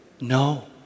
No